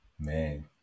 man